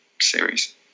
series